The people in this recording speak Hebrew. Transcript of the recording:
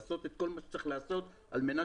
לעשות את כל מה שצריך לעשות על מנת